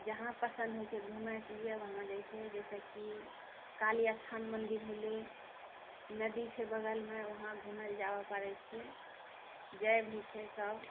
जहाँ पसन्द होइ छै घुमैके लिए वहाँ जाइ छियै जैसे कि काली स्थान मन्दिर होलै नदी छै बगलमे वहाँ घुमैले जाबै पाड़े छियै जाइ भी छै सभ